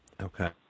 okay